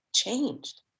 changed